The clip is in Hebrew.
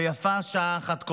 ויפה שעה אחת קודם".